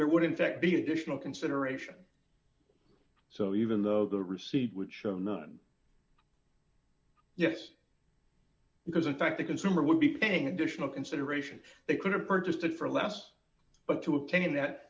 there would in fact be an additional consideration so even though the receipt would show none yes because in fact the consumer would be paying additional consideration they could have purchased it for less but to obtaining that